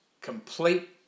complete